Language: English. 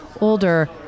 older